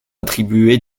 attribué